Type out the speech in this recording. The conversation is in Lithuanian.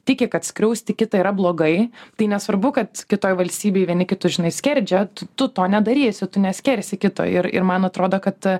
tiki kad skriausti kitą yra blogai tai nesvarbu kad kitoj valstybėj vieni kitus žinai skerdžia t tu to nedarysi tu neskersi kito ir ir man atrodo kad